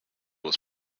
was